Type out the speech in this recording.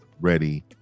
ready